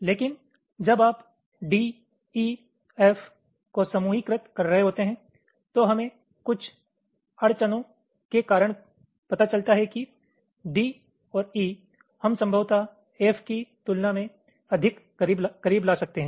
लेकिन जब आप D E F को समूहीकृत कर रहे होते हैं तो हमें कुछ अड़चनों के कारण पता चलता है कि D और E हम संभवतः F की तुलना में अधिक करीब ला सकते हैं